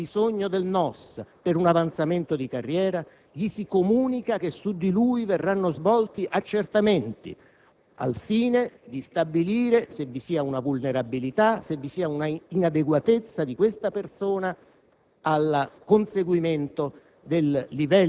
c'è un ufficiale, c'è un dipendente pubblico che ha bisogno del NOS per un avanzamento di carriera, gli si comunica che su di lui verranno svolti accertamenti al fine di stabilire se vi sia una sua vulnerabilità, una sua inadeguatezza al conseguimento